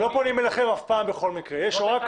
בכל מקרה, אליכם אף פעם לא פונים.